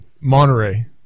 monterey